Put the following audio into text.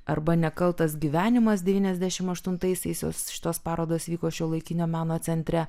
arba nekaltas gyvenimas devyniasdešimt aštuntaisiais jos šitos parodos vyko šiuolaikinio meno centre